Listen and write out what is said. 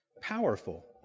Powerful